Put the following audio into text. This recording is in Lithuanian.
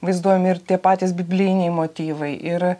vaizduojami ir tie patys biblijiniai motyvai ir